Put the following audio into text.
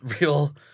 real